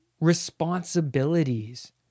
responsibilities